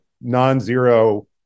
non-zero